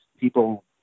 people